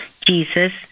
Jesus